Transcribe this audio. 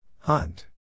Hunt